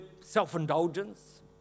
self-indulgence